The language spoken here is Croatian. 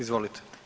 Izvolite.